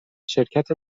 شرکت